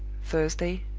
thursday,